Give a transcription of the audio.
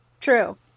True